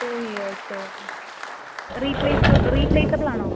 to years replace replaceable ആണോ